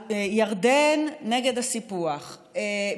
ירדן נגד הסיפוח,